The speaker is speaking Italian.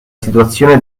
situazione